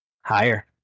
Higher